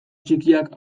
txikiak